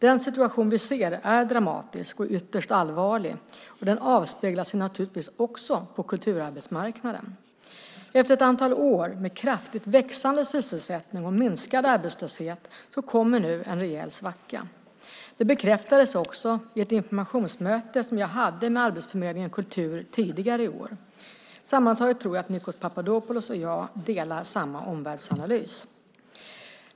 Den situation vi ser är dramatisk och ytterst allvarlig, och den avspeglar sig naturligtvis också på kulturarbetsmarknaden. Efter ett antal år med kraftigt växande sysselsättning och minskad arbetslöshet kommer nu en rejäl svacka. Det bekräftades också vid ett informationsmöte jag hade med Arbetsförmedlingen Kultur tidigare i år. Sammantaget tror jag att Nikos Papadopoulos och jag gör samma omvärldsanalys.